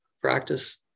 practice